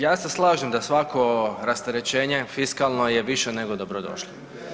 Ja se slažem da svako rasterećenje fiskalno je više nego dobro došlo.